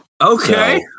Okay